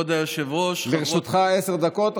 כבוד היושב-ראש, לרשותך עשר דקות.